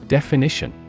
Definition